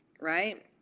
right